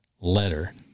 letter